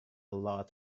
lot